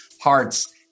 hearts